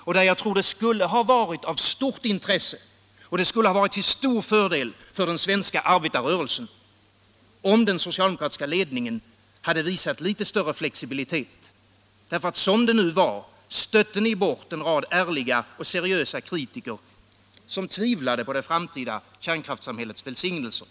Jag tror att det skulle ha varit av stort intresse och till stor fördel för den svenska arbetarrörelsen, om den socialdemokratiska ledningen hade visat litet större flexibilitet. Som det nu var stötte ni bort en rad ärliga och seriösa kritiker som tvivlade på det framtida kärnkraftssamhällets välsignelser.